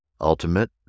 Ultimate